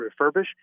refurbish